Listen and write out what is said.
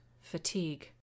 Fatigue